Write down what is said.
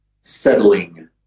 settling